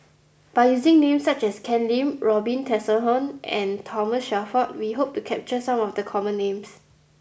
by using names such as Ken Lim Robin Tessensohn and Thomas Shelford we hope to capture some of the common names